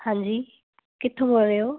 ਹਾਂਜੀ ਕਿੱਥੋਂ ਬੋਲ ਰਹੇ ਹੋ